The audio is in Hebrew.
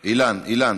אילן,